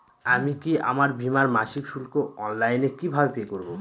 আমি কি আমার বীমার মাসিক শুল্ক অনলাইনে কিভাবে পে করব?